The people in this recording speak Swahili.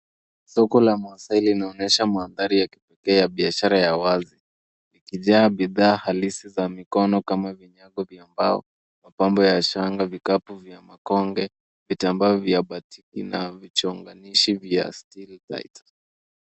Soko la Maasai linaonyesha maandhari ya biashara ya wazi ikijaa bidhaa halisi za mikono kama vinyango vya mbao , mapambo ya shanga , vikapu vya makonge , vitambaa vya batiki na vichonganishi vya stili.